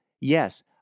Yes